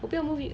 我不要 move i~